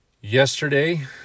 Yesterday